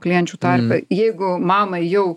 klienčių tarpe jeigu mamai jau